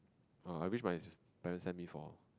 uh I wish my parent send me for